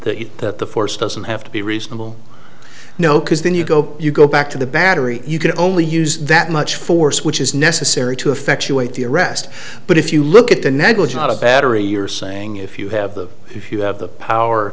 that that the force doesn't have to be reasonable no cause then you go you go back to the battery you can only use that much force which is necessary to effectuate the arrest but if you look at the negligence out of battery you're saying if you have the if you have the power